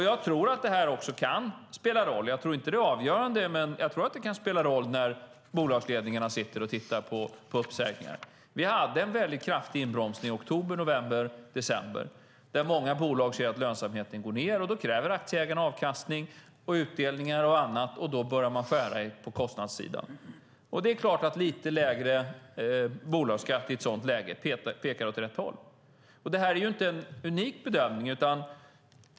Jag tror att det här också kan spela roll, även om jag inte tror att det är avgörande, när bolagsledningarna sitter och tittar på om de behöver göra uppsägningar. Vi hade en väldigt kraftig inbromsning i oktober, november och december då många bolag såg att lönsamheten gick ned. I ett sådant läge kräver aktieägarna avkastning och utdelning och annat, och då börjar man skära på kostnadssidan. Det är klart att lite lägre bolagsskatt i ett sådant läge pekar åt rätt håll. Det här är inte en unik bedömning.